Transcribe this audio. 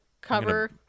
cover